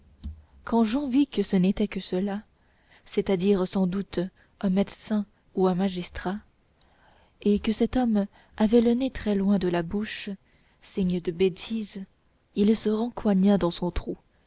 quand jehan vit que ce n'était que cela c'est-à-dire sans doute un médecin ou un magistrat et que cet homme avait le nez très loin de la bouche signe de bêtise il se rencoigna dans son trou